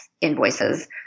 invoices